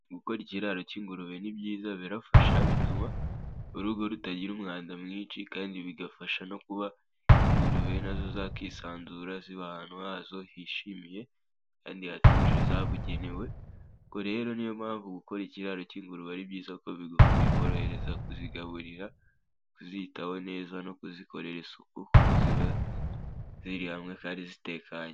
Gukora ikiraro cy'ingurube ni byiza birafasha bituma urugo rutagira umwanda mwinshi kandi bigafasha no kuba ingurube nazo zakisanzura ziba ahantu hazo hishimye kandi hatuje zabugenewe ubwo rero niyo mpamvu gukora ikiraro cy'ingurube ari byiza bikorohereza kuzigaburira, kuzitaho neza no kuzikorera isuku kuko ziba ziri hamwe kandi zitekanye.